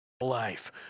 life